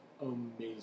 amazing